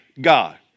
God